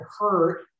hurt